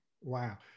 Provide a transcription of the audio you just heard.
Wow